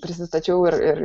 prisistačiau ir ir